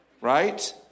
Right